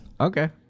Okay